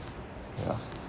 ya